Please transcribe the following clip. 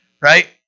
right